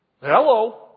Hello